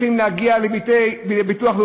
אנחנו מסרבים לבודד את ישראל כמושא לביקורת.